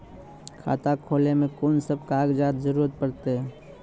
खाता खोलै मे कून सब कागजात जरूरत परतै?